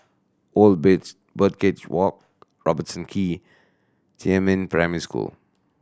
Old Birdcage Walk Robertson Quay Jiemin Primary School